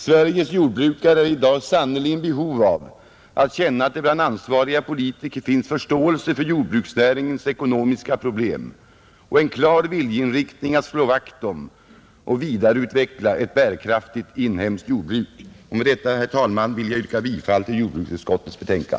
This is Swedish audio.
Sveriges jordbrukare är i dag sannerligen i behov av att känna att det bland ansvariga politiker finns förståelse för jordbruksnäringens ekonomiska problem och en klar viljeinriktning att slå vakt om och vidareutveckla ett bärkraftigt inhemskt jordbruk, Med detta, herr talman, vill jag yrka bifall till utskottets hemställan.